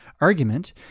argument